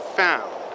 found